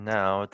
now